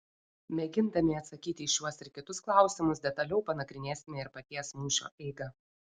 mėgindami atsakyti į šiuos ir kitus klausimus detaliau panagrinėsime ir paties mūšio eigą